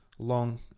long